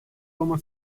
toma